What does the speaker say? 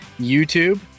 YouTube